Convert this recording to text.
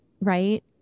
right